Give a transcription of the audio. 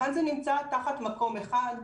לכן זה נמצא תחת מקום אחד,